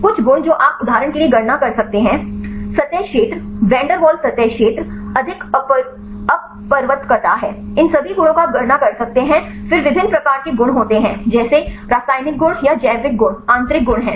कुछ गुण जो आप उदाहरण के लिए गणना कर सकते हैं सतह क्षेत्र वैन डेर वाल्स सतह क्षेत्र अधिक अपवर्तकता है इन सभी गुणों को आप गणना कर सकते हैं फिर विभिन्न प्रकार के गुण होते हैं जैसे रासायनिक गुण या जैविक गुण आंतरिक गुण हैं